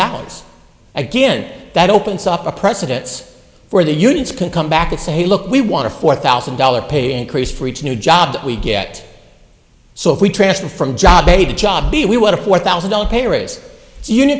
dollars again that opens up a precedence for the unions can come back and say hey look we want a four thousand dollars pay increase for each new job that we get so if we transfer from job a to job b we want a four thousand dollars pay raise union